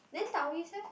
then Taoist eh